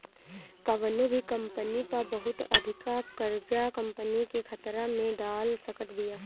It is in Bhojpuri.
कवनो भी कंपनी पअ बहुत अधिका कर्जा कंपनी के खतरा में डाल सकत बिया